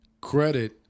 Credit